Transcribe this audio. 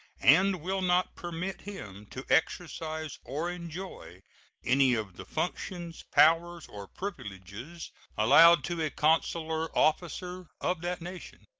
and will not permit him to exercise or enjoy any of the functions, powers, or privileges allowed to a consular officer of that nation